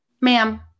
Ma'am